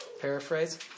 paraphrase